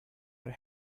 are